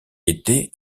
été